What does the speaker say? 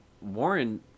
Warren